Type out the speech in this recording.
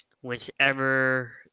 whichever